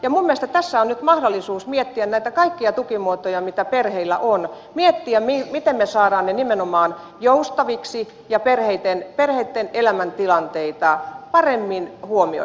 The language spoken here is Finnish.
minun mielestäni tässä on nyt mahdollisuus miettiä näitä kaikkia tukimuotoja mitä perheillä on miettiä miten me saamme ne nimenomaan joustaviksi ja perheitten elämäntilanteita paremmin huomioiviksi